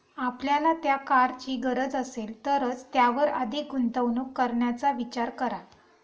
आपल्याला त्या कारची गरज असेल तरच त्यावर अधिक गुंतवणूक करण्याचा विचार करा